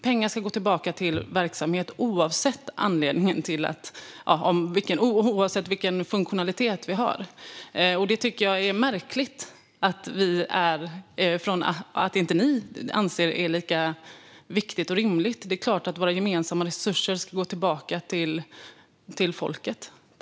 Pengarna ska gå tillbaka till verksamheten, oavsett vilken funktionalitet vi har. Jag tycker att det är märkligt att ni inte anser det vara lika viktigt och rimligt som vi gör. Det är klart att våra gemensamma resurser ska gå tillbaka till folket.